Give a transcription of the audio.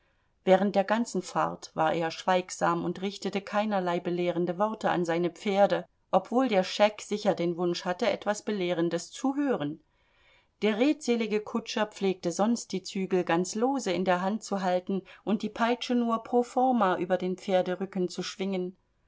während der ganzen fahrt war er schweigsam und richtete keinerlei belehrende worte an seine pferde obwohl der scheck sicher den wunsch hatte etwas belehrendes zu hören der redselige kutscher pflegte sonst die zügel ganz lose in der hand zu halten und die peitsche nur pro forma über den pferderücken zu schwingen